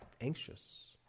anxious